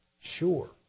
sure